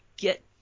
Get